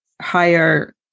higher